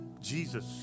Jesus